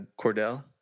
Cordell